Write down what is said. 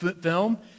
film